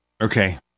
Okay